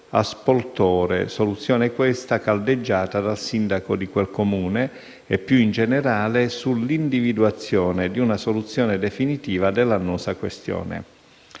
a Spoltore - soluzione, questa, caldeggiata dal sindaco di quel Comune - e, più in generale, sull'individuazione di una soluzione definitiva dell'annosa questione.